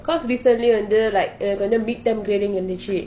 because recently வந்து:vanthu like midterm training இருந்தச்சு:irunthachu